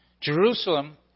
Jerusalem